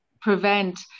prevent